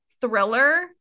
Thriller